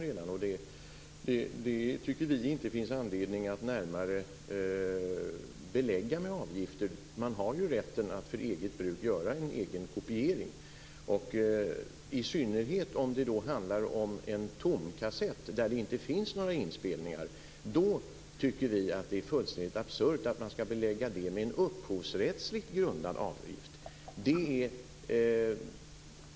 Det tycker vi inte att det finns anledning att belägga med avgifter. Man har ju rätt att för eget bruk göra en egen kopiering. Vi tycker, i synnerhet om det handlar om en tomkassett där det inte finns några inspelningar, att det är fullständigt absurt att belägga detta med en upphovsrättsligt grundad avgift.